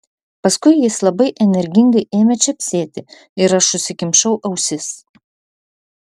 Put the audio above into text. paskui jis labai energingai ėmė čepsėti ir aš užsikimšau ausis